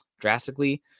drastically